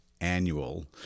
annual